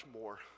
more